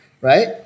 Right